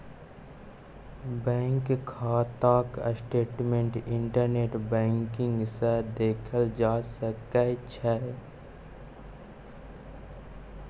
bank खाताक statement internet banking सँ देखल जा सकै छै